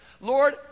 Lord